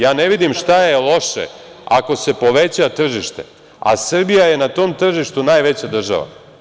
Ja ne vidim šta je loše ako se poveća tržište, a Srbija je na tom tržištu najveća država.